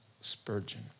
Spurgeon